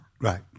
right